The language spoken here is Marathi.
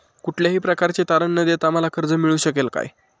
कुठल्याही प्रकारचे तारण न देता मला कर्ज मिळू शकेल काय?